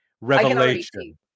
revelation